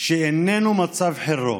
שאיננו מצב חירום.